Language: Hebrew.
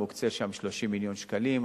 מוקצים שם 30 מיליוני שקלים,